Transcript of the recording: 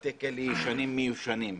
ובתי הכלא ישנים מיושנים,